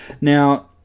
Now